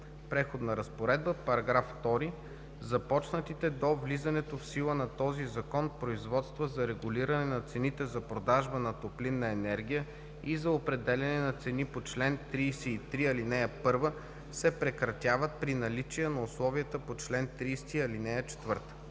„Преходна разпоредба „§ 2. Започнатите до влизането в сила на този закон производства за регулиране на цените за продажба на топлинна енергия и за определяне на цени по чл. 33, ал. 1 се прекратяват при наличие на условията по чл. 30, ал. 4.“